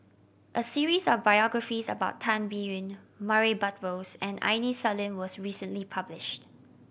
a series of biographies about Tan Biyun Murray Buttrose and Aini Salim was recently published